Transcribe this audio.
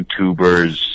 youtubers